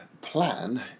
plan